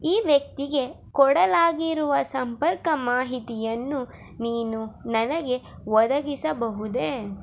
ಈ ವ್ಯಕ್ತಿಗೆ ಕೊಡಲಾಗಿರುವ ಸಂಪರ್ಕ ಮಾಹಿತಿಯನ್ನು ನೀನು ನನಗೆ ಒದಗಿಸಬಹುದೇ